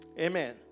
Amen